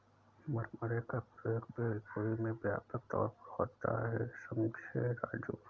मुरमुरे का प्रयोग भेलपुरी में व्यापक तौर पर होता है समझे राजू